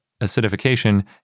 acidification